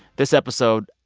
this episode,